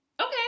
okay